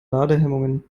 ladehemmungen